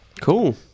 Cool